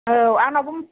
औ आंनावबो